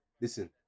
listen